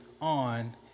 on